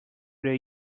their